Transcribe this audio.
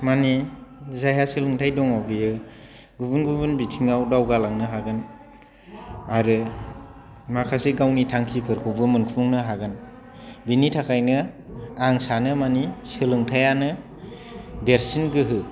माने जायहा सोलोंथाय दङ बियो गुबुन गुबुन बिथिङाव दावगालांनो हागोन आरो माखासे गावनि थांखिफोरखौबो मोनफुंनो हागोन बेनि थाखायनो आं सानो माने सोलोंथायानो देरसिन गोहो